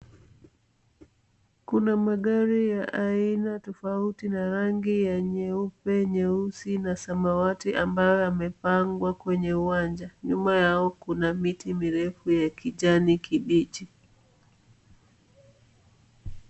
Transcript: Kuna magari ya aina tofauti na rangi ya nyeupe, nyeusi na samawati ambayo yamepangwa kwenye uwanja. Nyuma yao kuna miti mirefu ya kijani kibichi.